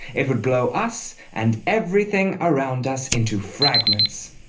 it would blow us and everything around us into fragments.